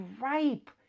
ripe